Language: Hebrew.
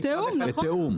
בתיאום, נכון.